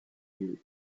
you